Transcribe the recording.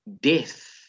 death